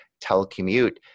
telecommute